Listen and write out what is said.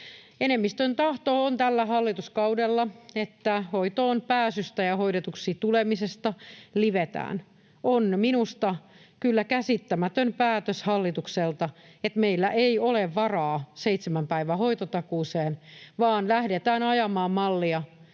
Enemmistön tahto on tällä hallituskaudella, että hoitoonpääsystä ja hoidetuksi tulemisesta livetään. On minusta kyllä käsittämätön päätös hallitukselta, että meillä ei ole varaa seitsemän päivän hoitotakuuseen vaan lähdetään ajamaan mallia,